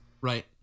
right